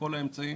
בכל האמצעים